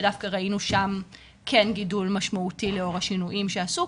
שדווקא ראינו שם כן גידול משמעותי לאור השינויים שעשו.